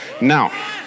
now